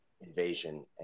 invasion